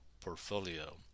portfolio